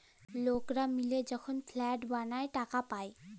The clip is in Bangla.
লকরা মিলে যখল ফাল্ড বালাঁয় টাকা পায়